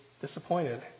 disappointed